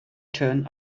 turned